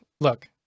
Look